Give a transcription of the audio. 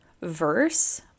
verse